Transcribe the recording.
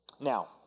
Now